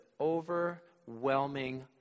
overwhelming